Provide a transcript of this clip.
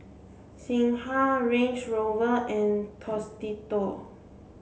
Singha Range Rover and Tostitos